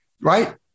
Right